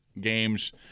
games